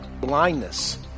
Blindness